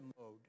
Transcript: mode